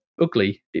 ugly